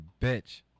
bitch